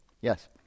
Yes